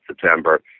September